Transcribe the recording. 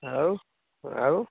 ଆଉ ଆଉ